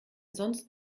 sonst